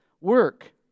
work